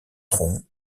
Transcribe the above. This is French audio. tronc